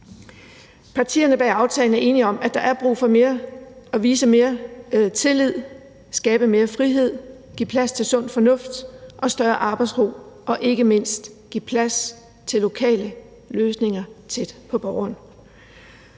Partierne bag aftalen er enige om, at der er brug for at vise mere tillid, skabe mere frihed, give plads til sund fornuft og større arbejdsro og ikke mindst at give plads til lokale løsninger tæt på borgeren.